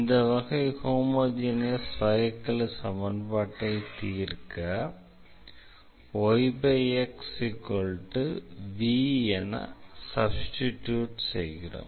இந்த வகை homogeneous differential ஈக்வேஷனை தீர்க்க yxv என சப்ஸ்டிடியூட் செய்கிறோம்